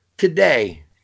today